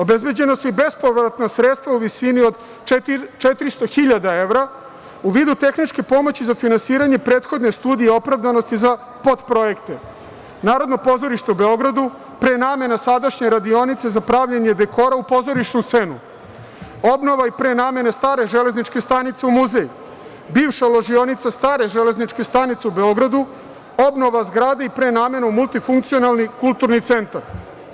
Obezbeđena su i bespovratna sredstva u visini od 400 hiljada evra u vidu tehničke pomoći za finansiranje prethodne studije opravdanosti za potprojekte: Narodno pozorište u Beogradu, prenamena sadašnje radionice za pravljenje dekora u pozorišnu scenu, obnova i prenamena stare železničke stanice u muzej, bivša ložionica stare železničke stanice u Beogradu, obnova zgrade i prenamena u multifunkcionalni kulturni centar.